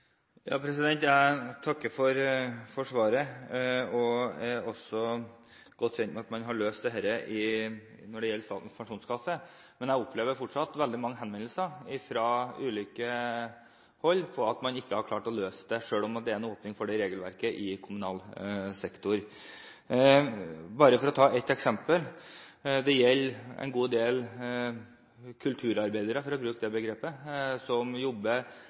Jeg takker for svaret. Jeg er også godt kjent med at man har løst dette når det gjelder Statens pensjonskasse, men jeg opplever fortsatt å få veldig mange henvendelser fra ulike hold om at man ikke har klart å løse det selv om det er en åpning for det i regelverket i kommunal sektor. For å ta et eksempel: Det gjelder en god del kulturarbeidere, for å bruke det begrepet, som jobber